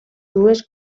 dues